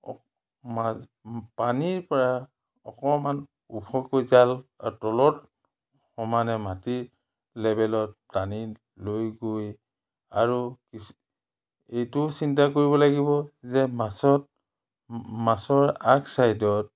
মাছ পানীৰ পৰা অকণমান ওখকৈ জাল আৰু তলত সমানে মাটিৰ লেবেলত টানি লৈ গৈ আৰু কিছ্ এইটোও চিন্তা কৰিব লাগিব যে মাছত মাছৰ আগ ছাইডত